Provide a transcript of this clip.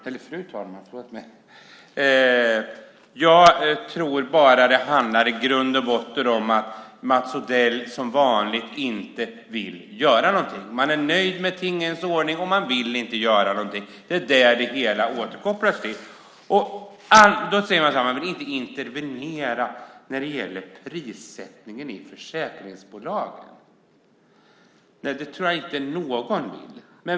Fru talman! Jag tror att det i grund och botten handlar om att Mats Odell som vanligt inte vill göra någonting. Man är nöjd med tingens ordning och vill inte göra någonting. Man säger att man inte vill intervenera när det gäller prissättningen i försäkringsbolagen. Nej, det tror jag inte någon vill.